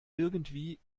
irgendwie